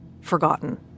forgotten